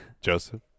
Joseph